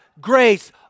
grace